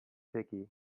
picky